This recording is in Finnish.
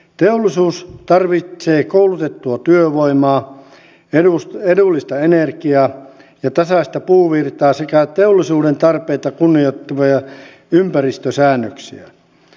teollisuus tarvitsee koulutettua työvoimaa edullista energiaa ja tasaista puuvirtaa sekä teollisuuden tarpeita kunnioittavia ympäristösäännöksiä